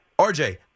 RJ